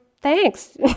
thanks